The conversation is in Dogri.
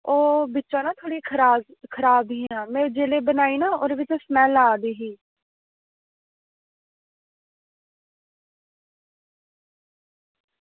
ओह् बिच्चा ना थोह्ड़ी खराब हियां में जेल्लै बनाई ना ओह्दे बिच्चा स्मैल आवा दी ही